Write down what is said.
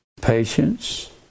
patience